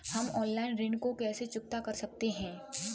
हम ऑनलाइन ऋण को कैसे चुकता कर सकते हैं?